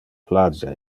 plagia